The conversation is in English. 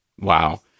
Wow